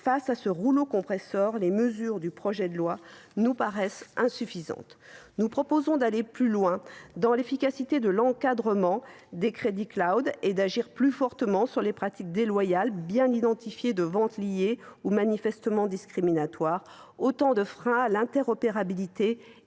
Face à ce rouleau compresseur, les mesures du projet de loi nous paraissent insuffisantes. Aussi, nous proposons d’aller plus loin pour rendre plus efficace l’encadrement des « crédits » et d’agir plus fortement sur des pratiques déloyales bien identifiées de vente liée ou manifestement discriminatoires, autant de freins à l’interopérabilité